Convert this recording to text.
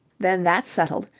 then that's settled.